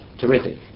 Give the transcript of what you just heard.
Terrific